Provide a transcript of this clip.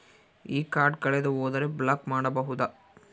ಈ ಕಾರ್ಡ್ ಕಳೆದು ಹೋದರೆ ಬ್ಲಾಕ್ ಮಾಡಬಹುದು?